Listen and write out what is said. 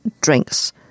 drinks